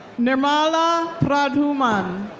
nirmala pradhuman.